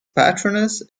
patroness